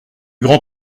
grand